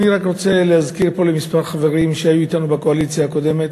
אני רק רוצה להזכיר פה לכמה חברים שהיו אתנו בקואליציה הקודמת,